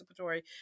participatory